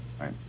Right